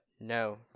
No